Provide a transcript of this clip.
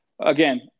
again